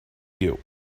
you